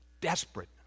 Desperate